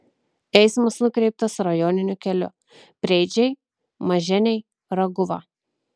eismas nukreiptas rajoniniu keliu preidžiai maženiai raguva